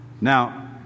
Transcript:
Now